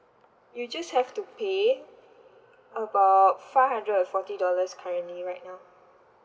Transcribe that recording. you just have to pay about five hundred and forty dollars currently right now